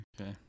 Okay